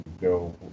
go